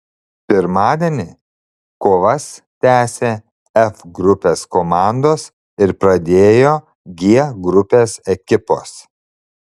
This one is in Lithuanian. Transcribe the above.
pirmadienį kovas tęsė f grupės komandos ir pradėjo g grupės ekipos